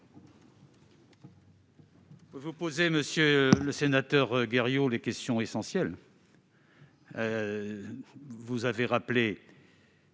Vous posez, monsieur le sénateur Guerriau, des questions essentielles. Vous l'avez rappelé,